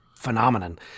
phenomenon